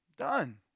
done